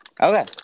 Okay